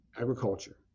agriculture